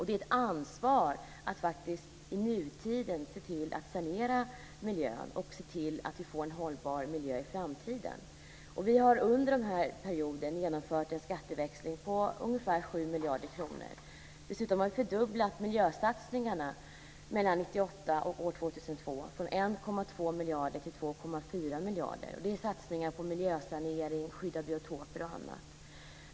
Det är ett ansvar att i nutiden sanera miljön och se till att vi får en hållbar miljö i framtiden. Vi har under den här perioden genomfört en skatteväxling på ungefär 7 miljarder kronor. Dessutom har vi fördubblat miljösatsningarna mellan 1998 och 2002, från 1,2 miljarder till 2,4 miljarder. Det är satsningar på miljösanering, skydd av biotoper och annat.